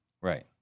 right